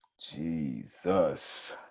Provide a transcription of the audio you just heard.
Jesus